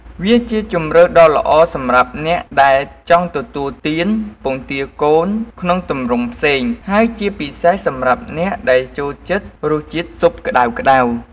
វាជាជម្រើសដ៏ល្អសម្រាប់អ្នកដែលចង់ទទួលទានពងទាកូនក្នុងទម្រង់ផ្សេង ហើយជាពិសេសសម្រាប់អ្នកដែលចូលចិត្តរសជាតិស៊ុបក្តៅៗ។